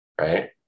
right